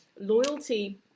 loyalty